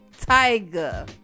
Tiger